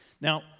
Now